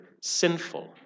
sinful